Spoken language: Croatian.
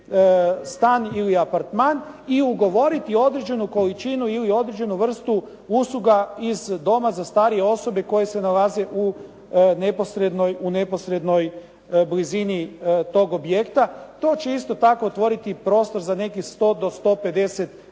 stan ili apartman i ugovoriti određenu količinu ili određenu vrstu usluga iz doma za starije osobe koje se nalaze u neposrednoj blizini tog objekta. To će isto tako otvoriti prostor za nekih 100 do 150 osoba.